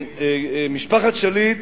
משפחת שליט